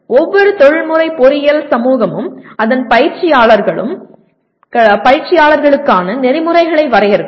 ஒவ்வொரு தொழில்முறை பொறியியல் சமூகமும் அதன் பயிற்சியாளர்களுக்கான நெறிமுறைகளை வரையறுக்கும்